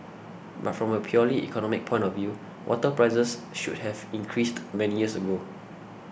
but from a purely economic point of view water prices should have increased many years ago